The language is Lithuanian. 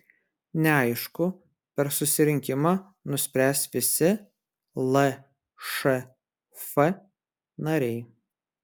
neaišku per susirinkimą nuspręs visi lšf nariai